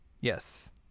Yes